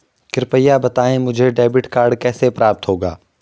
कृपया बताएँ मुझे डेबिट कार्ड कैसे प्राप्त होगा?